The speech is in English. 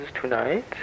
tonight